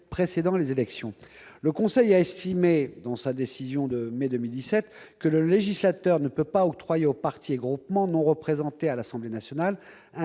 précédant les élections. Le Conseil constitutionnel a estimé, dans sa décision du 31 mai 2017, que le législateur ne peut pas octroyer aux partis et groupements politiques non représentés à l'Assemblée nationale